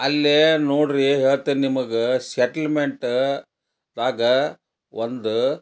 ಅಲ್ಲಿ ನೋಡಿರಿ ಹೇಳ್ತೀನಿ ನಿಮಗೆ ಸೆಟಲ್ಮೆಂಟ್ದಾಗ ಒಂದು